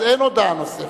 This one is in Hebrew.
אז אין הודעה נוספת.